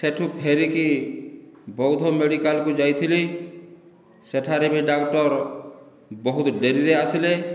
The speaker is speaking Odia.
ସେ'ଠୁ ଫେରିକି ବଉଦ ମେଡ଼ିକାଲକୁ ଯାଇଥିଲି ସେଠାରେ ବି ଡାକ୍ତର ବହୁତ ଡେରିରେ ଆସିଲେ